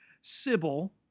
sybil